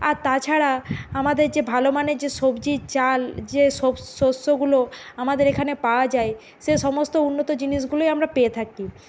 আর তাছাড়া আমাদের যে ভালো মানের যে সবজি চাল যে শস্যগুলো আমাদের এখানে পাওয়া যায় সে সমস্ত উন্নত জিনিসগুলোই আমরা পেয়ে থাকি